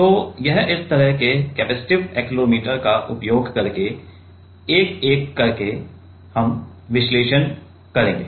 तो यह इस तरह के कैपेसिटिव एक्सेलेरोमीटर का उपयोग करके एक एक करके विश्लेषण करेगा